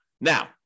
Now